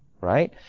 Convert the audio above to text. right